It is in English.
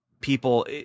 people